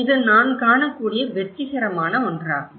இது நான் காணக்கூடிய வெற்றிகரமான ஒன்றாகும்